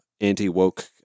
anti-woke